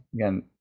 again